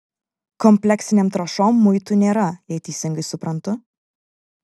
kompleksinėm trąšom muitų nėra jei teisingai suprantu